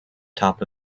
top